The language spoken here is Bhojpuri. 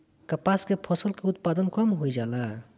कपास के फसल के उत्पादन कम होइ जाला?